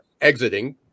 exiting